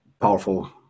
powerful